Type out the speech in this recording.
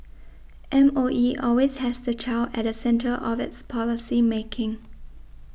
M O E always has the child at the centre of its policy making